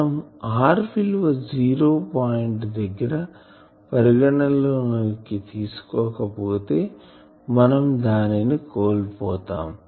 మనం r విలువ zero point దగ్గర పరిగణన లో కి తీసుకోకపోతే మనం దానిని కోల్పోతాం